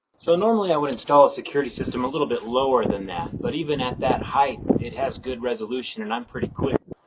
so normally i would install a security system a little bit lower than that, but even at that height it has good resolution and i'm pretty clear.